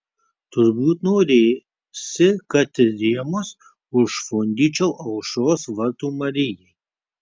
turbūt norėsi kad ir rėmus užfundyčiau aušros vartų marijai